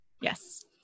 Yes